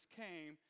came